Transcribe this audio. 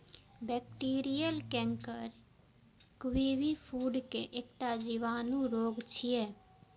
bacterial canker kiwi fruit के एकटा जीवाणु रोग छियै